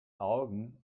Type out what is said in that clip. augen